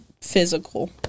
physical